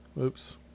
Oops